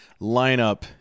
lineup